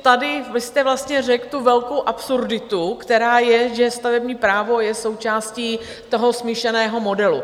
Vy jste vlastně řekl tu velkou absurditu, která je, že stavební právo je součástí smíšeného modelu.